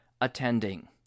attending